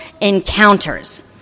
encounters